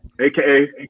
aka